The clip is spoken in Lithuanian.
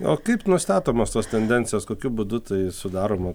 o kaip nustatomos tos tendencijos kokiu būdu tai sudaroma